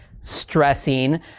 stressing